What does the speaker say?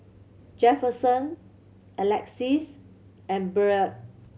Jefferson Alexis and Byrd